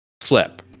flip